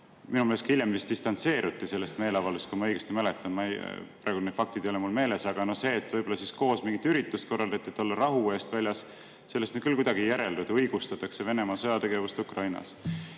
Minu meelest hiljem distantseeruti sellest meeleavaldusest, kui ma õigesti mäletan. Praegu need faktid ei ole mul meeles, aga sellest, et võib-olla mingit üritust koos korraldati, et olla rahu eest väljas, küll kuidagi ei järeldu, et õigustatakse Venemaa sõjategevust Ukrainas.